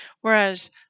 whereas